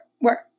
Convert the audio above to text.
work